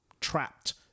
trapped